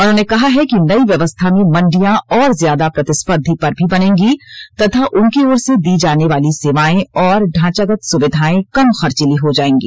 उन्होंने कहा है कि नई व्यवस्था में मंडिया और ज्यादा प्रतिस्पर्धी पर भी बनेंगी तथा उनकी ओर से दी जानेवाली सेवाएं और ढॉचागत सुविधाएं कम खर्चीली हो जायेंगी